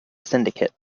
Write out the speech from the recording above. syndicate